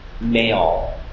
male